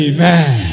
Amen